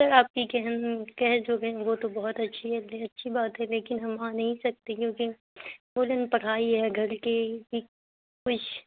سر آپ کی کہہ جو رہیں وہ تو بہت اچھی ہے یہ اچھی بات ہے لیکن ہم آ نہیں سکتے کیونکہ بولا نا پڑھائی ہے گھر کے کچھ